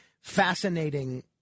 fascinating